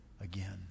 again